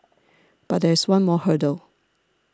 but there is one more hurdle